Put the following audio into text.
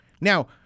Now